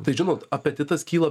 tai žinot apetitas kyla